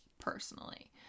personally